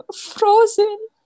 Frozen